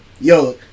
Yo